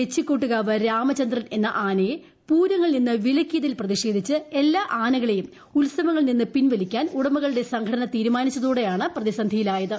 തെച്ചിക്കോട്ടുകാവ് രാമചന്ദ്രൻ എന്ന ആനയെ പൂരങ്ങളിൽ നിന്ന് വിലക്കിയതിൽ പ്രതിഷേധിച്ച് എല്ലാ ആനകളെയും ഉത്സവങ്ങളിൽ നിന്ന് പിൻവലിക്കാൻ ഉടമകളുടെ സംഘടന തീരുമാനിച്ചതോടെയാണ് പ്രതിസന്ധിയിലായത്